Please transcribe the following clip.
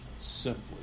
simply